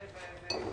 זה.